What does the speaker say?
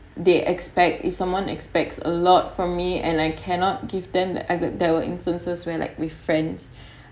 they expect if someone expects a lot from me and I cannot give them there were instances where like with friends